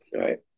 Right